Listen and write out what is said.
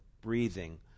breathing